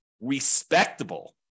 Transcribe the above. respectable